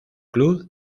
club